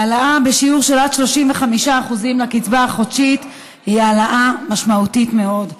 העלאה בשיעור של עד 35% מהקצבה החודשית היא העלאה משמעותית מאוד.